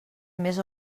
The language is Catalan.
més